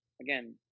again